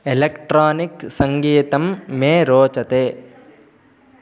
electronic सङ्गीतं मे रोचते